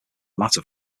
matter